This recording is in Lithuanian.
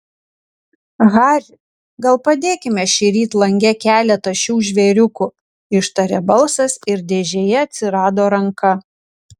hari gal padėkime šįryt lange keletą šių žvėriukų ištarė balsas ir dėžėje atsirado ranka